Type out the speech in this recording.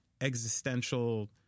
Existential